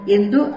Indu